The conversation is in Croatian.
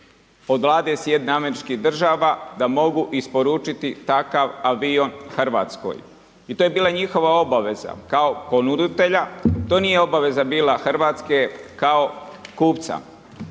od Vlade SAD, da mogu isporučiti takav avion Hrvatskoj i to je bila njihova obaveza kao ponuditelja, to nije obaveza bila Hrvatske, kao kupca.